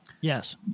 Yes